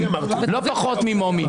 לא פחות ממומי,